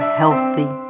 healthy